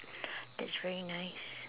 that's very nice